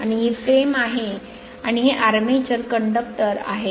आणि ही फ्रेम आहे आणि हे आर्मेचर कंडक्टर आहेत